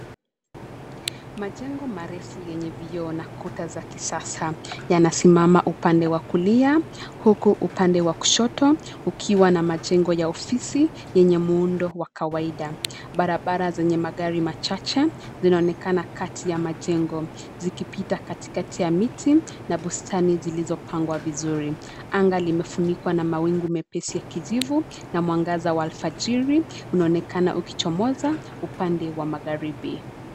Majengo marefu yenye vioo na kuta za kisasa yanasimama upande wa kulia; huku upande wa kushoto ukiwa na majengo ya ofisi yenye muundo wa kawaida. Barabara zenye magari machache zinaonekana kati ya majengo; zikipita kati ya miti na bustani zilizopangwa vizuri. Anga limefunikwa na mawingu mepesi ya kijivu na mwangaza wa alfajiri unaonekana ukichomoza upande wa magharibi.